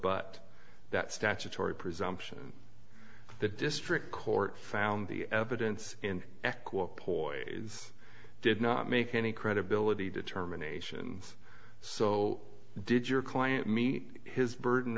robot that statutory presumption the district court found the evidence in poyet did not make any credibility determination so did your client meet his burden